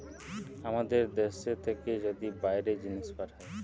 আমাদের দ্যাশ থেকে যদি বাইরে জিনিস পাঠায়